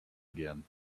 again